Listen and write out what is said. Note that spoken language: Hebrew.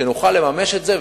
שנוכל לממש את זה.